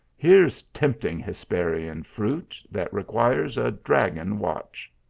here s tempting hesperian fruit, that requires a dragon watch!